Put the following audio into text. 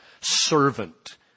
servant